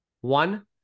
One